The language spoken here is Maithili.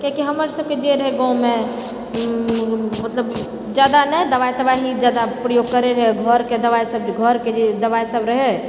किआकि हमर सबके जे रहै गाँवमे मतलब जादा नहि दवाइ तबाइ नहि जादा प्रयोग करै रहै घरके दबाइ सब घरके जे दवाइ सब रहै